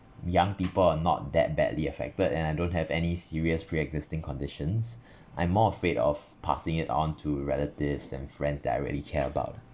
young people are not that badly affected and I don't have any serious preexisting conditions I'm more afraid of passing it onto relatives and friends that I really care about